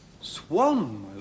Swan